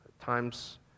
times